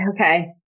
Okay